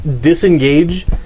disengage